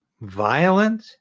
violent